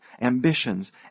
ambitions